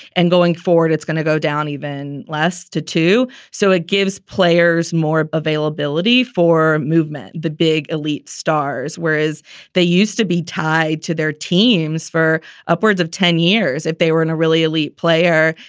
and going forward, it's going to go down even less to two. so it gives players more availability for movement. the big elite stars, whereas they used to be tied to their teams for upwards of ten years, if they were in a really elite player,